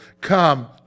Come